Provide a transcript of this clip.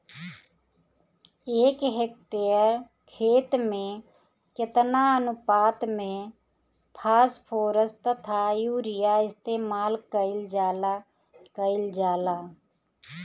एक हेक्टयर खेत में केतना अनुपात में फासफोरस तथा यूरीया इस्तेमाल कईल जाला कईल जाला?